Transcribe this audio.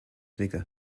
vigour